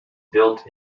built